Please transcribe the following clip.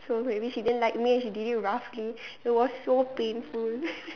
so maybe she don't like me and she did it roughly it was so painful